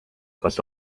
kas